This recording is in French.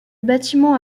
bâtiment